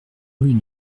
rue